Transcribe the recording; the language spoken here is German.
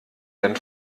denn